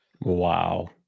Wow